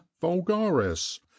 vulgaris